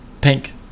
Pink